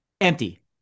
Empty